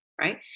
right